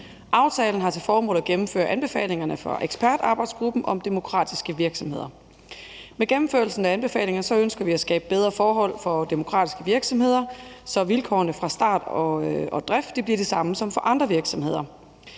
Aftalen har til formål at gennemføre anbefalingerne fra ekspertarbejdsgruppen om demokratiske virksomheder. Med gennemførelsen af anbefalingerne ønsker vi at skabe bedre forhold for demokratiske virksomheder, så vilkårene for start og drift bliver de samme som for andre virksomheder.